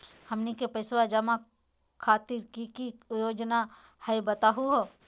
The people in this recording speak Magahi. हमनी के पैसवा जमा खातीर की की योजना हई बतहु हो?